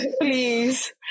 Please